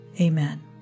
Amen